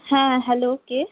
হ্যাঁ হ্যালো কে